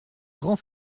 grand